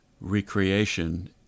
recreation